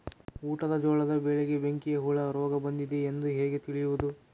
ಊಟದ ಜೋಳದ ಬೆಳೆಗೆ ಬೆಂಕಿ ಹುಳ ರೋಗ ಬಂದಿದೆ ಎಂದು ಹೇಗೆ ತಿಳಿಯುವುದು?